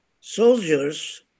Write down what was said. soldiers